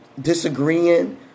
disagreeing